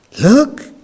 look